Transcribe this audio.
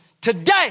today